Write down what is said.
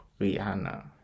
Rihanna